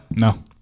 No